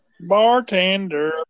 Bartender